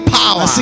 power